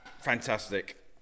Fantastic